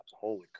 Holy